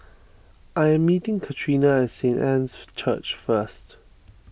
I am meeting Katrina at Saint Anne's Church first